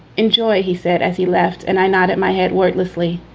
enjoy, he said. as he left, and i nodded my head wordlessly.